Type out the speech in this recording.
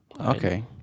Okay